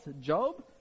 Job